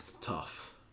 Tough